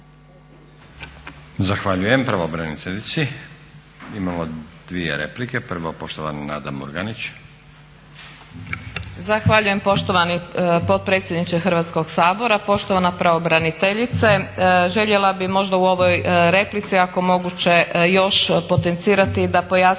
Zahvaljujem pravobraniteljici. Imamo dvije replike, prvo poštovana Nada Murganić. **Murganić, Nada (HDZ)** Zahvaljujem poštovani potpredsjedniče Hrvatskog sabora. Poštovana pravobraniteljice. Željela bi možda u ovoj replici ako je moguće još potencirati da pojasnite